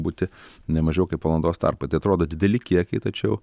būti ne mažiau kaip valandos tarpai tai atrodo dideli kiekiai tačiau